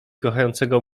kochającego